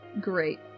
great